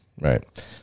Right